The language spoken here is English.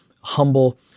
humble